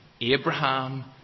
Abraham